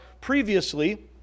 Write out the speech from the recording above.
previously